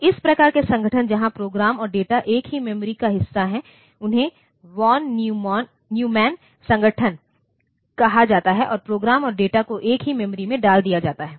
तो इस प्रकार के संगठन जहां प्रोग्राम और डेटा एक ही मेमोरी का हिस्सा हैं उन्हें वॉन न्यूमैन संगठन कहा जाता है और प्रोग्राम और डेटा को एक ही मेमोरी में डाल दिया जाता है